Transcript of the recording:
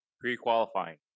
Pre-qualifying